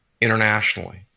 internationally